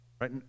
Right